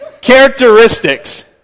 characteristics